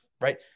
right